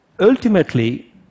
Ultimately